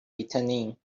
returning